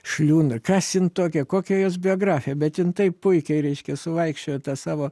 šliundra kas jin tokia kokia jos biografija bet jin taip puikiai reiškia suvaikščiojo tą savo